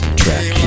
track